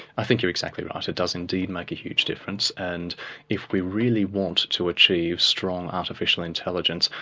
i think you're exactly right. it does indeed make a huge difference, and if we really want to achieve strong artificial intelligence,